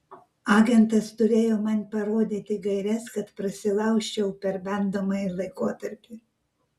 agentas turėjo man parodyti gaires kad prasilaužčiau per bandomąjį laikotarpį